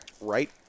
right